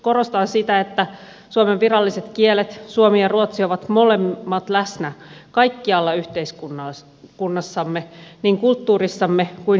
korostan sitä että suomen viralliset kielet suomi ja ruotsi ovat molemmat läsnä kaikkialla yhteiskunnassamme niin kulttuurissamme kuin historiassammekin